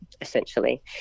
essentially